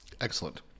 Excellent